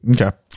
Okay